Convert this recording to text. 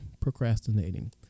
procrastinating